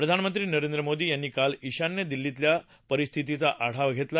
प्रधानमंत्री नरेंद्र मोदी यांनी काल ईशान्य दिल्लीतल्या परिस्थितीचा आढावा घेतला